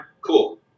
cool